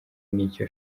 n’icyo